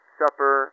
supper